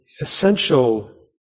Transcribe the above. essential